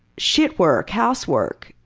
shit-work, housework.